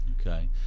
Okay